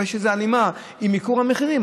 יש לזה הלימה עם ייקור המחירים.